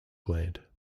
gland